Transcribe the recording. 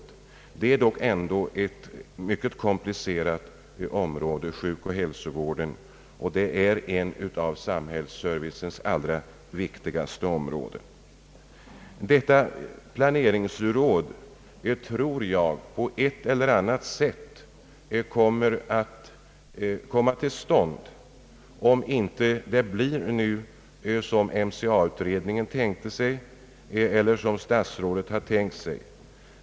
Sjukoch hälsovården är ändå ett mycket komplicerat område, och det är ett av samhällsservicens allra viktigaste områden. Jag tror att detta planeringsråd på ett eller annat sätt skall komma till stånd, även om det inte blir nu som MCA-utredningen tänkte sig eller som statsrådet tänkt sig.